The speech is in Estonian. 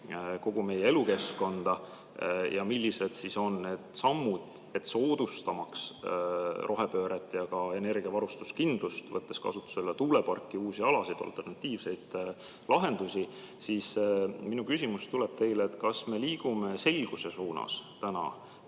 kogu meie elukeskkonda ja millised on need sammud, et soodustada rohepööret ja ka energiavarustuskindlust, võttes kasutusele tuuleparke, uusi alasid, alternatiivseid lahendusi. Minu küsimus seetõttu teile on, kas me liigume täna selguse suunas,